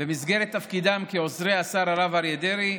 במסגרת תפקידם כעוזרי השר הרב אריה דרעי,